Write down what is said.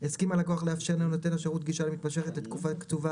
הסכים הלקוח לאפשר לנותן השירות גישה מתמשכת לתקופה קצובה,